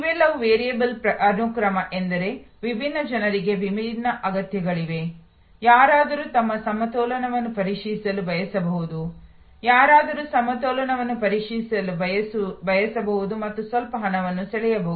ಇವೆಲ್ಲವೂ ಮಾರ್ಪುಕ ಅನುಕ್ರಮ ಏಕೆಂದರೆ ವಿಭಿನ್ನ ಜನರಿಗೆ ವಿಭಿನ್ನ ಅಗತ್ಯಗಳಿವೆ ಯಾರಾದರೂ ತಮ್ಮ ಸಮತೋಲನವನ್ನು ಪರಿಶೀಲಿಸಲು ಬಯಸಬಹುದು ಯಾರಾದರೂ ಸಮತೋಲನವನ್ನು ಪರಿಶೀಲಿಸಲು ಬಯಸಬಹುದು ಮತ್ತು ಸ್ವಲ್ಪ ಹಣವನ್ನು ಸೆಳೆಯಬಹುದು